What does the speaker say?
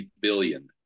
billion